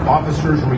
Officers